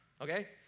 okay